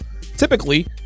Typically